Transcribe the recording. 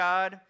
God